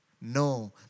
No